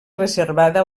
reservada